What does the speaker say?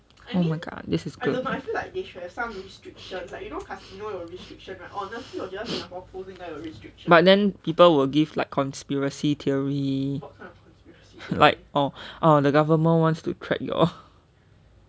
oh my god this is crazy but then people will give like conspiracy theory like oh the government want to track your